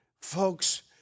folks